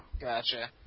Gotcha